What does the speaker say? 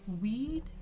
weed